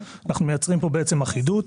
אנחנו מייצרים פה אחידות,